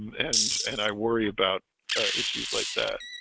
and and i worry about issues like that